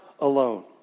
alone